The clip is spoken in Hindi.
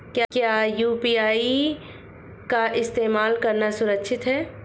क्या यू.पी.आई का इस्तेमाल करना सुरक्षित है?